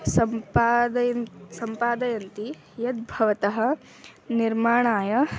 सम्पादयन् सम्पादयन्ति यद्भवतः निर्माणाय